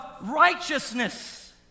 righteousness